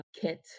Kit